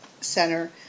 Center